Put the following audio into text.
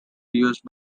used